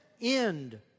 end